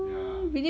ya